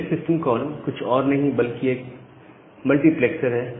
select system call कुछ और नहीं बल्कि एक मल्टीप्लैक्सर है